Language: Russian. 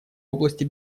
области